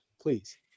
please